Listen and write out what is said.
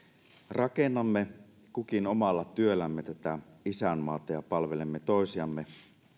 rakennamme kukin omalla työllämme tätä isänmaata ja palvelemme toisiamme